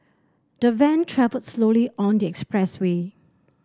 the van travelled slowly on the express way